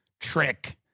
trick